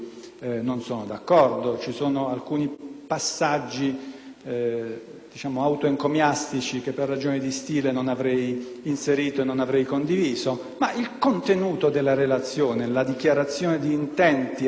passaggi autoencomiastici che per ragioni di stile non avrei inserito e che non condivido, ma il contenuto della relazione, la dichiarazione d'intenti articolata che in essa è contenuta,